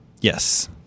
Yes